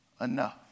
enough